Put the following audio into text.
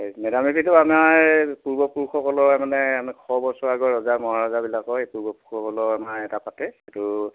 হয় মে ডাম মে ফিটো এইটো আমাৰ পূৰ্বপুৰুষসকলৰ মানে ছশবছৰ আগৰ ৰজা মহাৰজাবিলাকৰ এই পূৰ্বপুৰুষসকলৰ আমাৰ এটা পাতে সেইটো